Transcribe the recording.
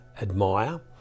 admire